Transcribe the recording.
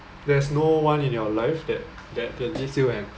there's no one in your life that that gives you an